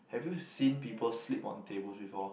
have you seen people sleep on tables before